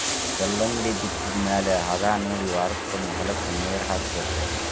ಕಲ್ಲಂಗಡಿ ಬಿತ್ತಿದ ಮ್ಯಾಲ ಹದಾನೊಡಿ ವಾರಕ್ಕೊಮ್ಮೆ ಹೊಲಕ್ಕೆ ನೇರ ಹಾಸಬೇಕ